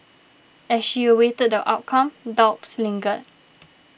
as she awaited the outcome doubts lingered